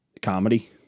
Comedy